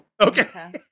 Okay